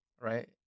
right